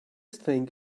think